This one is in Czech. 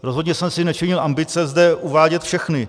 Rozhodně jsem si nečinil ambice zde uvádět všechny.